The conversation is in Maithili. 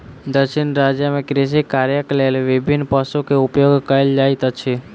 दक्षिण राज्य में कृषि कार्यक लेल विभिन्न पशु के उपयोग कयल जाइत अछि